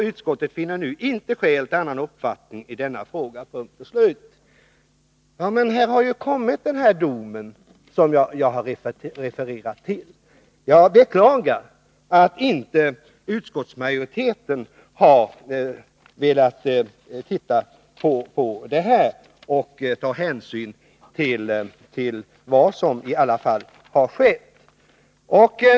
Utskottet finner nu inte skäl till annan uppfattning i denna fråga.” — Ja, men sedan dess har ju den här domen kommit som jag har refererat till. Jag beklagar att utskottsmajoriteten inte har velat titta på det här och ta hänsyn till vad som har skett.